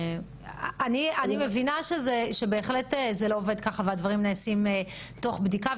אני מבינה שבהחלט זה לא עובד ככה והדברים נעשים תוך בדיקה.